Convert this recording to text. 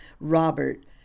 robert